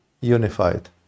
unified